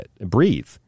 breathe